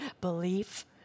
belief